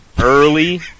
early